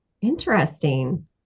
Interesting